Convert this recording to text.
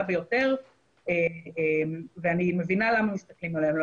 ביותר ואני מבינה למה מסתכלים עליהם,